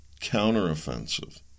counteroffensive